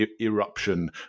eruption